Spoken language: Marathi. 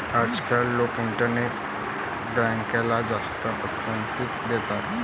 आजकाल लोक इंटरनेट बँकला जास्त पसंती देतात